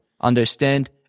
understand